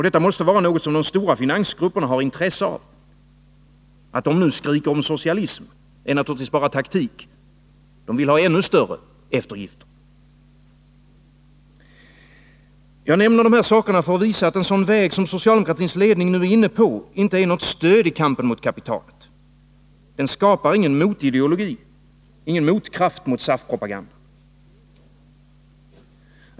Detta måste vara något som de stora finansgrupperna har intresse av. Att de nu skriker om socialism är naturligtvis bara taktik — de vill ha ännu större eftergifter. Jag nämner dessa saker för att visa att den väg som socialdemokratins ledning nu är inne på inte är något stöd i kampen mot kapitalet. Den skapar ingen motideologi, ingen motkraft mot SAF-propagandan.